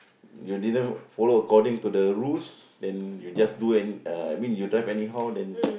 you didn't follow according to the rules then you just do and uh I mean you drive anyhow then